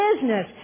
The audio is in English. business